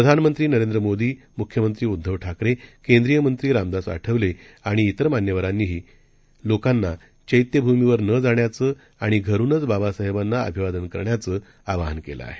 प्रधानमंत्री नरेंद्र मोदी म्ख्यमंत्री उद्धव ठाकरे केंद्रीय मंत्री रामदास आठवले आणि इतर मान्यवरांनीही लोकांना चैत्यभूमीवर न जाण्याचं आणि घरुनचं बाबासाहेबांना अभिवादन करण्याचं आवाहन केलं आहे